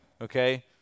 okay